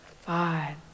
five